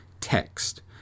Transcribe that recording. text